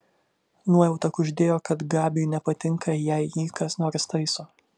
nuojauta kuždėjo kad gabiui nepatinka jei jį kas nors taiso